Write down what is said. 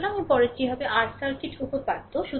সুতরাং পরেরটি হবে r সার্কিট উপপাদ্য